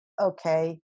okay